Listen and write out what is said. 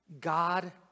God